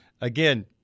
Again